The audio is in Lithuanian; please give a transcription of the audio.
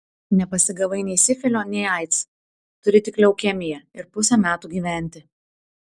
nepasigavai nei sifilio nei aids turi tik leukemiją ir pusę metų gyventi